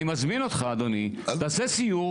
רגע, אני מזמין אותך אדוני, שתעשה סיור.